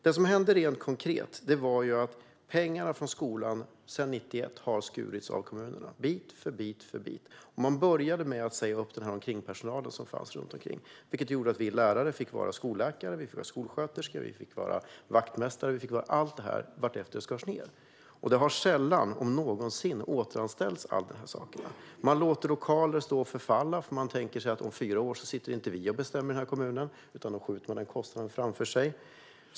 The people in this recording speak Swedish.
Det som hänt rent konkret är att pengarna till skolan sedan 1991 har skurits ned av kommunerna, bit för bit. Man började med att säga upp personalen runt omkring, vilket gjorde att vi lärare fick vara skolläkare, skolsköterskor, vaktmästare och allt sådant vartefter det skars ned. Det har sällan om någonsin återanställts till sådant. Man låter lokaler stå och förfalla eftersom man tänker att om fyra år bestämmer inte vi i den här kommunen, så man skjuter den kostnaden framför sig.